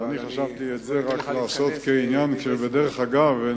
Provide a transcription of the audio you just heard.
חשבתי את זה לעשות כעניין שבדרך אגב,